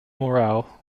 morrell